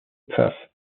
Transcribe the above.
pfaff